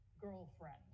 girlfriend